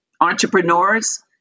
entrepreneurs